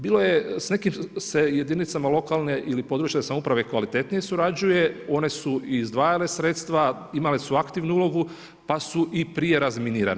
Bilo je, s nekim se jedinicama lokalne ili područne samouprave kvalitetnije surađuje, one su izdvajale sredstva, imale su aktivnu ulogu, pa su i prije razminirane.